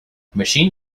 machine